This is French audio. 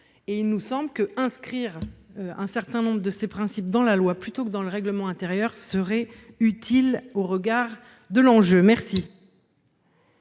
et anticipation. Inscrire un certain nombre de ces principes dans la loi plutôt que dans le règlement intérieur serait utile au regard des enjeux.